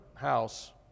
house